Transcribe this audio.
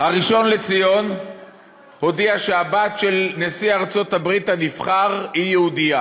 הראשון לציון הודיע שהבת של נשיא ארצות-הברית הנבחר היא יהודייה,